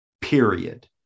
period